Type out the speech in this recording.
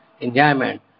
enjoyment